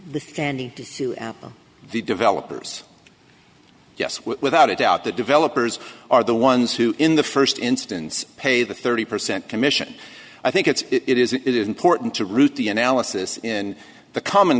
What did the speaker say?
the developers yes without a doubt the developers are the ones who in the first instance pay the thirty percent commission i think it's it is it is important to route the analysis in the common